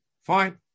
Fine